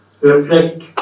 reflect